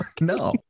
No